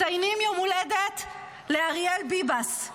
מציינים יום הולדת לאריאל ביבס,